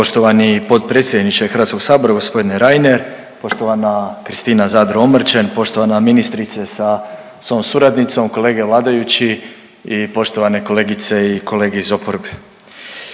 Poštovani potpredsjedniče HS-a, g. Reiner, poštovana Kristina Zadro Omrčen, poštovana ministrice sa svojom suradnicom, kolege vladajući i poštovane kolegice i kolege iz oporbe.